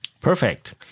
Perfect